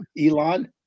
Elon